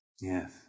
Yes